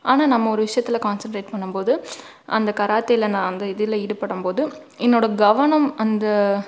ஆனால் நம்ம ஒரு விஷயத்தில் கான்சன்ரேட் பண்ணும்போது அந்த கராத்தேயில நான் வந்து இதில் ஈடுபடும்போது என்னோடய கவனம் அந்த